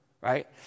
right